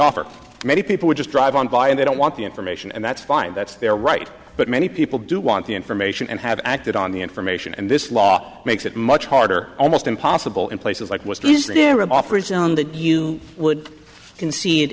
offer many people just drive on by and they don't want the information and that's fine that's their right but many people do want the information and have acted on the information and this law makes it much harder almost impossible in places like was to use their offers on that you would concede